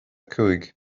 cúig